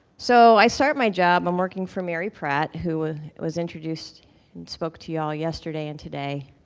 so, i start my job. i'm working for mary pratt, who was introduced and spoke to you all yesterday and today,